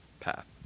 path